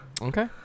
Okay